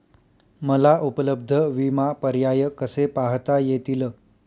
मला उपलब्ध विमा पर्याय कसे पाहता येतील?